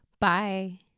Bye